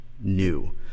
new